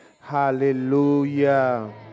Hallelujah